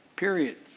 period.